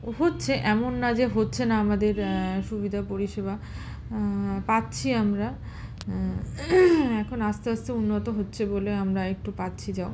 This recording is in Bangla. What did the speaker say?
হচ্ছে এমন না যে হচ্ছে না আমাদের সুবিধা পরিষেবা পাচ্ছি আমরা এখন আস্তে আস্তে উন্নত হচ্ছে বলে আমরা একটু পাচ্ছি যাও